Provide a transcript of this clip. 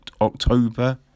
October